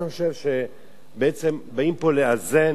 אני חושב שבעצם באים פה לאזן